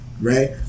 Right